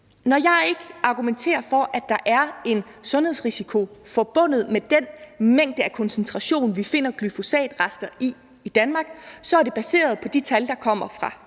Når jeg argumenterer for, at der ikke er en sundhedsrisiko forbundet med den mængde eller koncentration, vi finder glyfosatrester i i Danmark, så er det baseret på de tal, der kommer fra